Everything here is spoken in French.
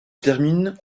termine